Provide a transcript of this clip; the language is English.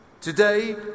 Today